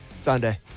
Sunday